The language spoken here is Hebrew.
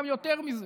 וגם יותר מזה.